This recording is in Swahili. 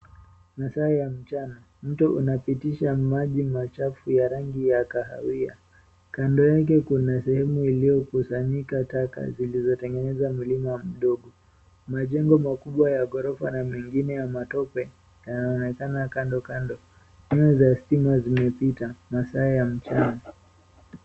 Masaa ya mchana mto unapitisha maji machafu ya rangi ya kahawia kando yake kuna sehemu iliyokusanyika taka zilizotengeneza mlima mdogo, majengo majubwa ya ghorofa na mingine ya matope yanaonekana kando kabisa, nyaya za stima zimepita masaa ya mchana.